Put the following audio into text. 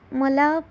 मला